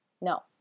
No